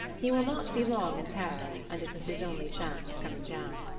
he will not be long in paris, and it was his only chance of coming down.